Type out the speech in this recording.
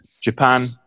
Japan